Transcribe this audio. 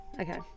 Okay